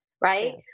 right